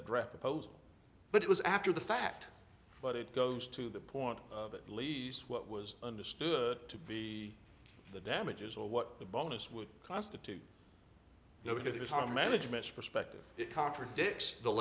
opposed but it was after the fact but it goes to the point of at least what was understood to be the damages or what the bonus would constitute you know because it was our management's perspective it contradicts the